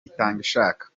itangishaka